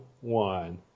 one